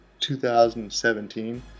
2017